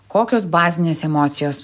kokios bazinės emocijos